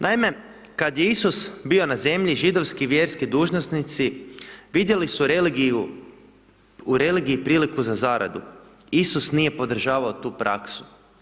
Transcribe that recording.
Naime, kada je Isus bio na zemlji, židovski, vjerski dužnosnici, vidjeli su religiju u religiji priliku za zaradu, Isus nije podržavao tu praksu.